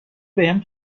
بهم